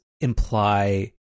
imply